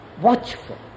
watchful